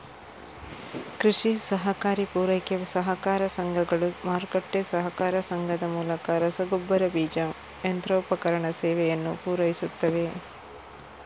ಕೃಷಿ ಸಹಕಾರಿ ಪೂರೈಕೆ ಸಹಕಾರ ಸಂಘಗಳು, ಮಾರುಕಟ್ಟೆ ಸಹಕಾರ ಸಂಘದ ಮೂಲಕ ರಸಗೊಬ್ಬರ, ಬೀಜ, ಯಂತ್ರೋಪಕರಣ ಸೇವೆಯನ್ನು ಪೂರೈಸುತ್ತವೆ